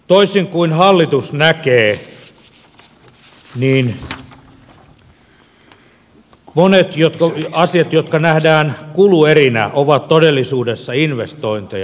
toisin kuin hallitus näkee niin monet asiat jotka nähdään kuluerinä ovat todellisuudessa investointeja